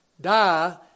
Die